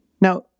Now